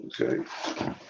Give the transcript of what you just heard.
okay